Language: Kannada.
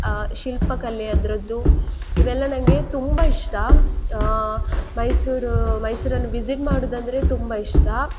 ಶಿಲ್ಪಕಲೆ ಅದರದ್ದು ಇವೆಲ್ಲ ನನ್ಗೆ ತುಂಬಾ ಇಷ್ಟ ಮೈಸೂರು ಮೈಸೂರನ್ನು ವಿಸಿಟ್ ಮಾಡೋದಂದ್ರೆ ತುಂಬ ಇಷ್ಟ